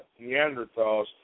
Neanderthals